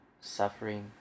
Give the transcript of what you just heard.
suffering